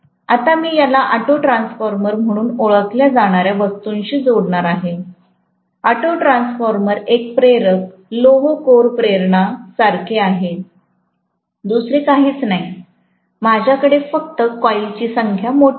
आता मी याला ऑटोट्रान्सफॉर्मर म्हणून ओळखल्या जाणाऱ्या वस्तूंशी जोडणार आहे ऑटोट्रान्सफॉर्मर एक प्रेरक लोह कोर प्रेरणा सारखे आहे दुसरे काहीच नाही माझ्या कडे फक्त कॉइल ची संख्या मोठी आहे